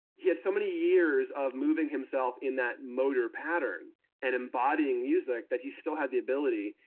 he had so many years of moving himself in that motor pattern and embodying music, that he still had the ability,